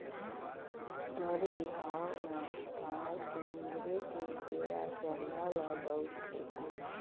बर बिहाव म भांवर किंजरे के बेरा चरिहा ल बउरथे